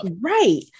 Right